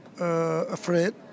afraid